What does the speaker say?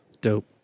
Dope